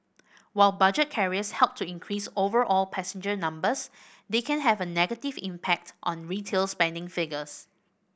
while budget carriers help to increase overall passenger numbers they can have a negative impact on retail spending figures